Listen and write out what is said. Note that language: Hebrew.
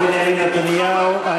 תודה לראש הממשלה חבר הכנסת בנימין נתניהו.